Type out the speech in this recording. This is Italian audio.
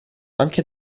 anche